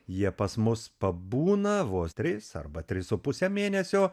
jie pas mus pabūna vos tris arba tris su puse mėnesio